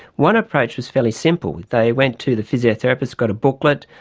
one approach was fairly simple, they went to the physiotherapist, got a booklet,